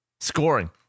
scoring